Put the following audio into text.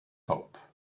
hope